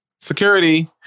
Security